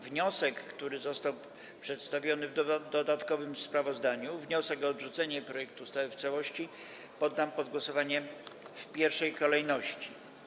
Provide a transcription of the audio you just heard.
Wniosek, który został przedstawiony w dodatkowym sprawozdaniu, o odrzucenie projektu ustawy w całości, poddam pod głosowanie w pierwszej kolejności.